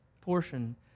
portion